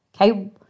okay